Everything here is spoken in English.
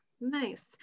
nice